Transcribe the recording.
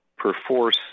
perforce